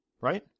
right